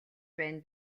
байна